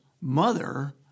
mother